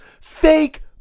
Fake